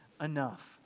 enough